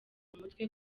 umutwe